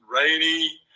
rainy